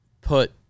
put